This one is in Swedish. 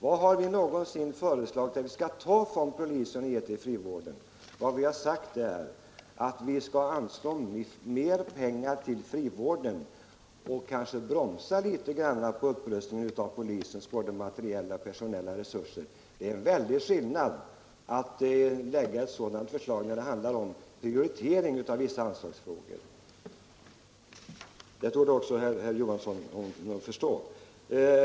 Var har vi föreslagit att vi skall ta från polisen och ge till frivården? Vad vi har sagt är att vi skall anslå mer pengar till frivården och kanske bromsa litet i upprustningen av polisens mate riella och personella resurser. Det är verkligen en helt annan sak än Nr 117 att ta pengar från polisen. Det gäller här en prioritering av olika an Onsdagen den slagsfrågor. Det borde också herr Johansson förstå.